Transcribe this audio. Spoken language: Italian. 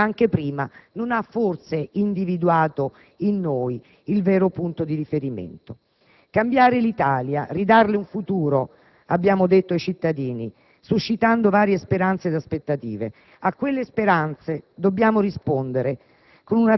e anche prima, non ha forse individuato in noi il vero punto di riferimento. Cambiare l'Italia, ridarle un futuro, abbiamo detto ai cittadini, suscitando varie speranze ed aspettative. A quelle speranze dobbiamo rispondere